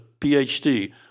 PhD